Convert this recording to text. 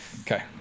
Okay